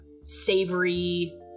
savory